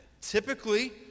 typically